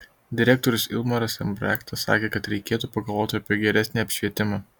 direktorius ilmaras embrektas sakė kad reikėtų pagalvoti apie geresnį apšvietimą